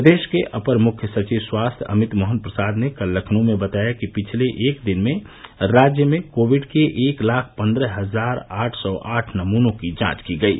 प्रदेश के अपर मुख्य सचिव स्वास्थ्य अमित मोहन प्रसाद ने कल लखनऊ में बताया कि पिछले एक दिन में राज्य में कोविड के एक लाख पन्द्रह हजार आठ सौ आठ नमुनों की जांच की गयी